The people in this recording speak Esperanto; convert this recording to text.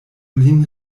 lin